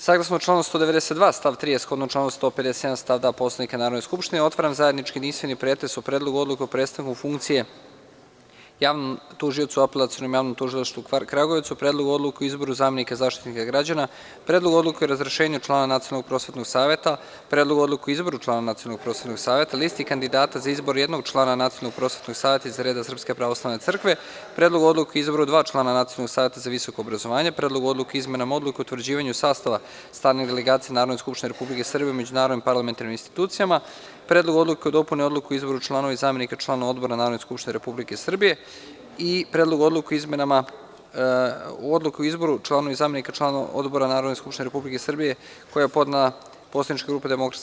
Saglasno članu 192. stav 3, a shodno članu 157, stav 2. Poslovnika Narodne skupštine, otvaram zajednički i jedinstveni pretres: o Predlogu odluke o prestanku funkcije javnom tužiocu u Apelacionom javnom tužilaštvu u Kragujevcu, Predlogu odluke o izboru zamenika Zaštitnika građana, Predlogu odluke o razrešenju člana Nacionalnog prosvetnog saveta, Predlogu odluke o izboru člana Nacionalnog prosvetnog saveta, Listi kandidata za izbor jednog člana Nacionalnog prosvetnog saveta iz reda Srpske pravoslavne crkve, Predlogu odluke o izboru dva člana Nacionalnog saveta za visoko obrazovanje, Predlogu odluke o izmenama Odluke o utvrđivanju sastava Stalne delegacije Narodne skupštine Republike Srbije u međunarodnim parlamentarnim institucijama, Predlogu odluke o dopuni Odluke o izboru članova i zamenika članova odbora Narodne skupštine Republike Srbije i Predlogu odluke o izmenama odluka o izboru članova i zamenika članova odbora Narodne skupštine Republike Srbije, koju je podnela poslanička grupa DSS.